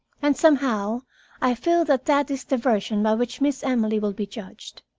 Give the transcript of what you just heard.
and somehow i feel that that is the version by which miss emily will be judged.